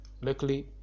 Luckily